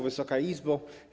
Wysoka Izbo!